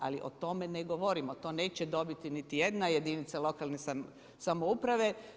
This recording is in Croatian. Ali o tome ne govorimo, to neće dobiti niti jedna jedinica lokalne samouprave.